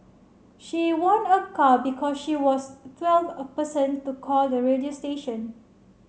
she won a car because she was twelfth a person to call the radio station